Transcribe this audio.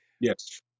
Yes